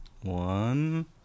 one